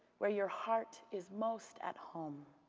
where your heart is most at home.